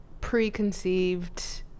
Preconceived